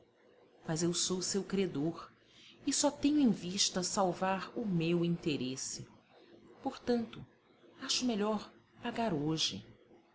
mas eu sou seu credor e só tenho em vista salvar o meu interesse portanto acho melhor pagar hoje